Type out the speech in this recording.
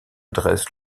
dresse